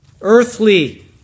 earthly